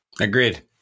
Agreed